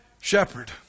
shepherd